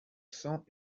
cents